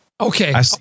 okay